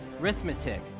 Arithmetic